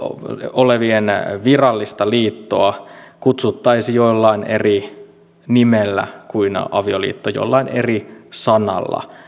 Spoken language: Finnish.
olevien virallista liittoa kutsuttaisiin jollain eri nimellä kuin avioliitto jollain eri sanalla